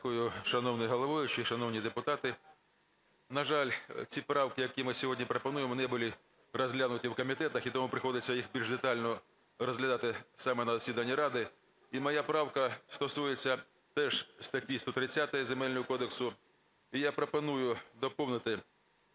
Дякую, шановний головуючий. Шановні депутати, на жаль, ці правки, які ми сьогодні пропонуємо, не були розглянуті в комітетах і тому приходиться їх більш детально розглядати саме на засіданні Ради. І моя правка стосується теж статті 130 Земельного кодексу і я пропоную доповнити